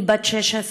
היא בת 16,